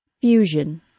fusion